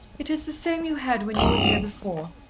it is the same you had when you were here before.